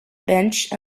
bench